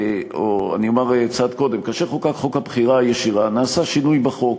אני אומר צעד קודם: כאשר חוקק חוק הבחירה הישירה נעשה שינוי בחוק,